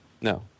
No